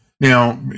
now